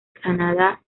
canada